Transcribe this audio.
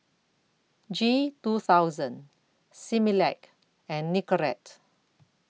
G two thousand Similac and Nicorette